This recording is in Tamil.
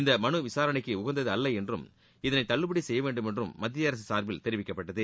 இந்த மனு விசாரணைக்கு உகந்தது அல்ல என்றும் இதனை தள்ளுபடி செய்ய வேண்டும் என்றும் மத்திய அரசு சார்பில் தெரிவிக்கப்பட்டது